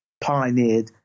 pioneered